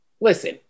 listen